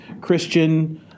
Christian